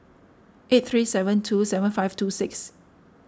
eight three seven two seven five two six